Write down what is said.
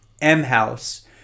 M-House